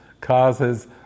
Causes